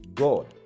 God